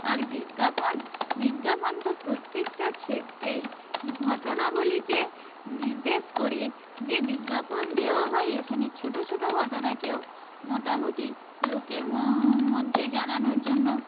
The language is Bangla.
আর বিজ্ঞাপন বিজ্ঞাপন তো প্রত্যেকটা ক্ষেত্রেই ঘটনাবলিকে নির্দেশ করে যে বিজ্ঞাপন দেওয়া হয় এখানে ছোটো ছোটো ঘটনাকেও মোটামুটি লোকের মধ্যে জানানোর জন্য